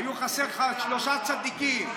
היו חסרים לך עוד שלושה צדיקים.